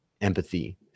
empathy